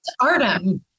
Artem